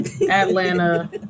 Atlanta